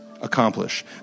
accomplish